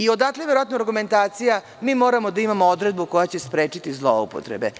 Odatle verovatno argumentacija da moramo da imamo odredbu koja će sprečiti zloupotrebe.